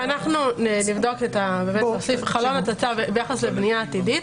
נוסיף חלון הצצה ביחס לבנייה עתידית.